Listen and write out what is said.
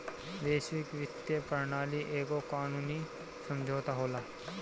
वैश्विक वित्तीय प्रणाली एगो कानूनी समुझौता होला